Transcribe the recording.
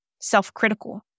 self-critical